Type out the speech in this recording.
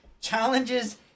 challenges